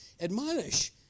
Admonish